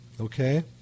okay